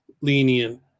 lenient